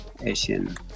Asian